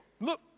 Look